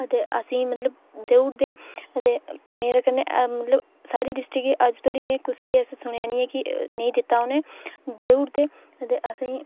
ते असेंगी मतलब देई ओड़दे ते मेरे कन्नै मतलब साढ़ी डिस्ट्रिक्ट दे अज्ज धोड़ी में सुनेआ निं ऐ की नेईं दित्ता उ'नें देई ओड़दे ते असेंगी